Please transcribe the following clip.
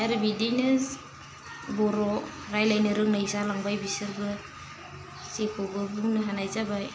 आरो बिदिनो बर' रायलायनो रोंनाय जालांबाय बिसोरबो जेखौबो बुंनो हानाय जाबाय